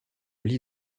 lit